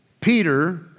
Peter